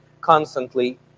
constantly